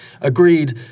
agreed